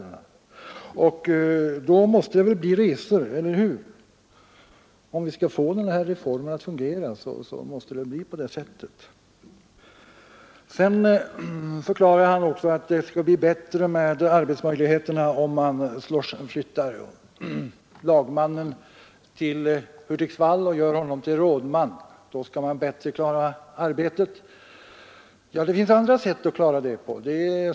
I sådana fall måste det väl bli fråga om resor — eller hur? Om vi skall få denna reform att fungera måste det väl bli på det sättet. Sedan förklarade justitieministern att arbetsförutsättningarna blir bättre om man flyttar lagmannen till Hudiksvall och gör honom till rådman. Då klarar man arbetet bättre. Men det finns andra sätt att ordna den saken på.